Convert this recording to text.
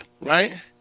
right